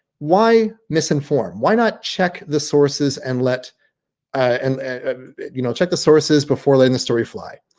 why misinformed? why not check the sources and let and you know check the sources before letting the story fly.